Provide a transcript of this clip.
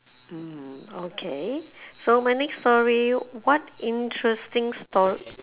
mm okay so my next story what interesting story